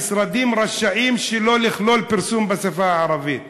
המשרדים רשאים שלא לכלול פרסום בשפה הערבית,